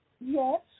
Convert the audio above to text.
yes